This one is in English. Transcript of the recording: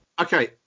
Okay